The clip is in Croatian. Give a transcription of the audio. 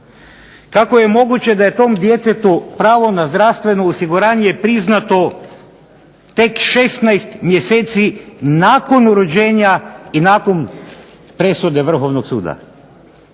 Kako je moguće da je tom djetetu pravo na zdravstveno osiguranje priznato tek 16 mjeseci nakon rođenja i nakon presude Vrhovnog suda?